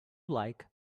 like